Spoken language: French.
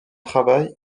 travail